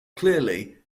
clearly